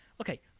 okay